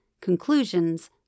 conclusions